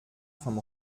vom